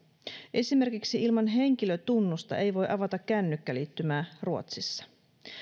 esimerkiksi ilman henkilötunnusta ei voi avata kännykkäliittymää ruotsissa